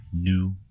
new